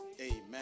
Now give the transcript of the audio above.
amen